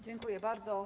Dziękuję bardzo.